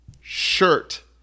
shirt